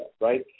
right